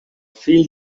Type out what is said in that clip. fill